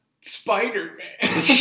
Spider-Man